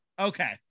Okay